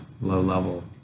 low-level